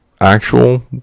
actual